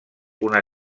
una